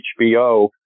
HBO